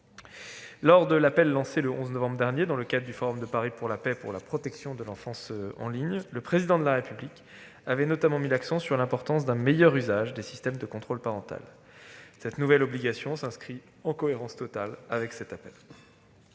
Lors de l'appel lancé le 11 novembre dernier, dans le cadre du Forum de Paris pour la Paix, en faveur de la protection de l'enfance en ligne, le Président de la République avait notamment mis l'accent sur l'importance d'un meilleur usage des systèmes de contrôle parental. Cette nouvelle obligation s'inscrit en cohérence totale avec cet appel.